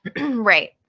right